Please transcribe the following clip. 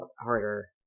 harder